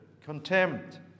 contempt